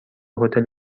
هتل